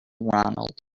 ronald